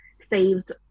saved